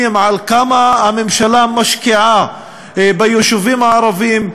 על כמה הממשלה משקיעה ביישובים הערביים.